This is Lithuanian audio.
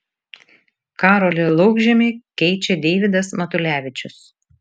karolį laukžemį keičia deivydas matulevičius